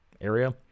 area